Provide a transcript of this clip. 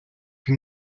він